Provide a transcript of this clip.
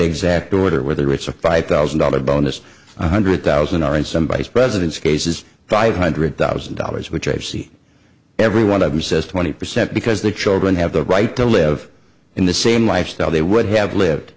exact order whether it's a five thousand dollars bonus one hundred thousand are in somebody's president's cases five hundred thousand dollars which i've seen every one of them says twenty percent because the children have the right to live in the same lifestyle they would have lived